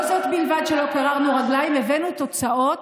לא זו בלבד שלא גררנו רגליים הבאנו תוצאות,